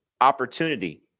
opportunity